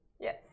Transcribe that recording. yes